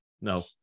no